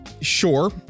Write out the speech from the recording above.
sure